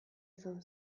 izan